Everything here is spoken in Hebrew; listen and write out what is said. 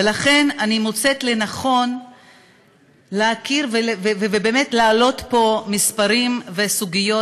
ולכן אני מוצאת לנכון להעלות פה מספרים וסוגיות